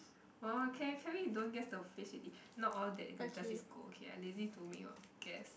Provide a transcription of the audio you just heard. !wah! can can we don't guess the face already not all that does is good okay I lazy to make your guess